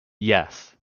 yes